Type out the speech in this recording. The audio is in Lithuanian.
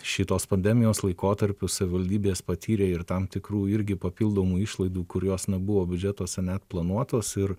šitos pandemijos laikotarpiu savivaldybės patyrė ir tam tikrų irgi papildomų išlaidų kurios ną buvo biudžetuose net planuotos ir